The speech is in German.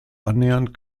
annähernd